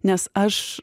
nes aš